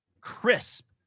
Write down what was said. Crisp